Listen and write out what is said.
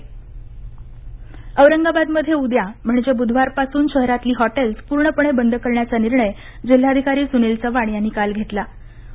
Aurangabad hotels औरंगाबादमध्ये उद्या म्हणजे बुधवारपासून शहरातली हॉटेल्स पूर्णपणे बंद करण्याचा निर्णय जिल्हाधिकारी सुनील चव्हाण यांनी काल घेतला आहे